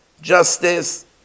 justice